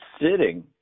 sitting